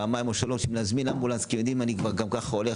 פעמיים או שלוש אם להזמין אמבולנס כי הם יודעים אני כבר גם ככה הולך